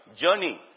journey